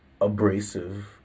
abrasive